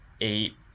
eight